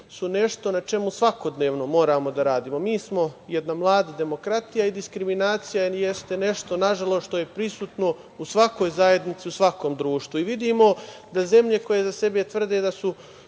su nešto na čemu svakodnevno moramo da radimo. Mi smo jedna mlada demokratija i diskriminacija jeste, nažalost, što je prisutno u svakoj zajednici, u svakom društvu. Vidimo da zemlje koje za sebe tvrde da su